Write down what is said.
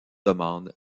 demande